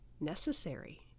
necessary